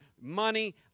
money